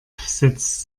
setzt